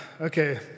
Okay